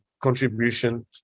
contribution